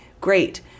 Great